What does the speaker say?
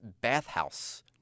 bathhouse